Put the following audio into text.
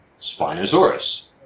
Spinosaurus